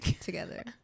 Together